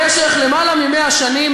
במשך יותר מ-100 שנים,